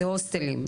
זה הוסטלים,